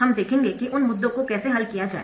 हम देखेंगे कि उन मुद्दों को कैसे हल किया जाए